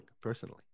personally